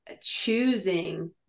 choosing